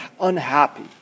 unhappy